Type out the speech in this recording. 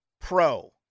pro